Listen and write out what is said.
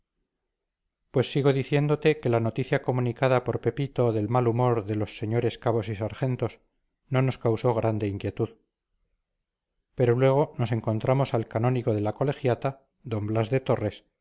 pues sigo diciéndote que la noticia comunicada por pepito del mal humor de los señores cabos y sargentos no nos causó grande inquietud pero luego nos encontramos al canónigo de la colegiata d blas de torres